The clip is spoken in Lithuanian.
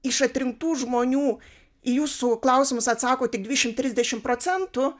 iš atrinktų žmonių į jūsų klausimus atsako tik dvidešim trisdešim procentų